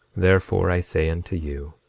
therefore i say unto you,